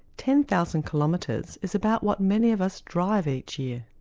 ten thousand kilometres is about what many of us drive each year.